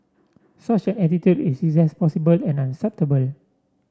such an attitude is irresponsible and unacceptable